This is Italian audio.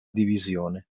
divisione